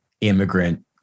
immigrant